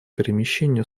перемещению